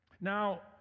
Now